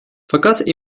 fakat